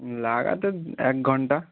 লাগাতে এক ঘন্টা